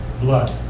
blood